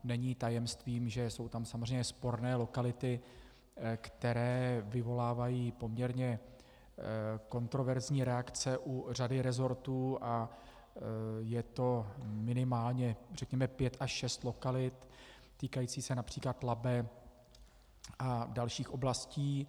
Není tajemstvím, že jsou tam samozřejmě sporné lokality, které vyvolávají poměrně kontroverzní reakce u řady resortů, a je to řekněme pět až šest lokalit týkajících se například Labe a dalších oblastí.